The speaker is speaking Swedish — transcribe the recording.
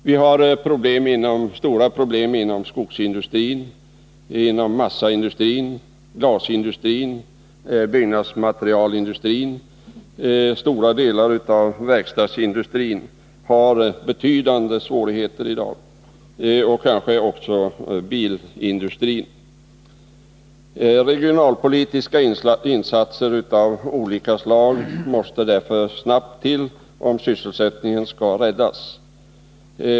Vi har stora problem inom skogsindustrin, massaindustrin, glasindustrin och byggnadsmaterielindustrin. Stora delar av verkstadsindustrin har betydande svårigheter i dag, och det gäller kanske också bilindustrin. Regionalpolitiska insatser av olika slag måste därför snabbt till om sysselsättningen skall räddas.